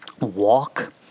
walk